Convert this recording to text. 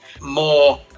more